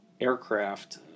aircraft